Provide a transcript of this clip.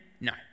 No